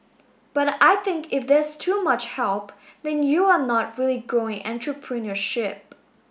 but I think if there's too much help then you are not really growing entrepreneurship